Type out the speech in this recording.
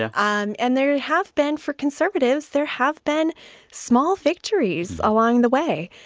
ah um and there have been for conservatives, there have been small victories along the way.